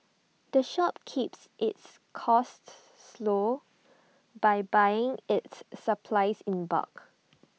the shop keeps its costs slow by buying its supplies in bulk